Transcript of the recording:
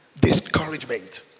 discouragement